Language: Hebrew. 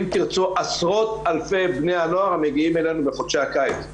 אם תרצו עשרות אלפי בני נוער המגיעים אלינו בחודשי הקיץ.